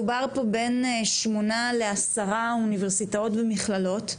מדובר פה בין 8 ל-10 אוניברסיטאות ומכללות,